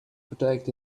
protect